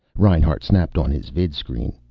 reinhart snapped on his vidscreen,